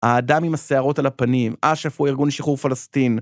האדם עם השיערות על הפנים, אשף הוא ארגון לשחרור פלסטין.